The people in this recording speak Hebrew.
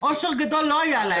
אושר גדול לא היה להם.